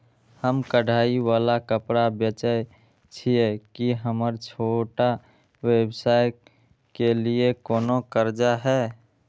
हम कढ़ाई वाला कपड़ा बेचय छिये, की हमर छोटा व्यवसाय के लिये कोनो कर्जा है?